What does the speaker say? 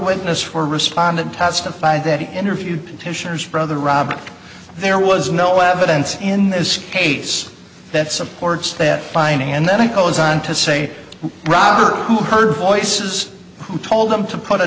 witness for respondent testified that he interviewed petitioner's brother robert there was no evidence in this case that supports that finding and then it goes on to say robert who heard voices who told them to put a